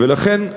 ולכן,